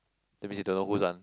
that means you don't know whose one